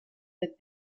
that